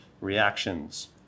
reactions